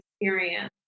experience